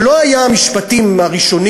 אלה לא היו המשפטים הראשונים,